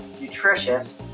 nutritious